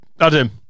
Adam